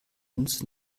uns